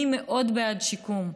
אני מאוד בעד שיקום.